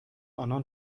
آنان